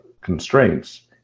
constraints